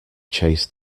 chase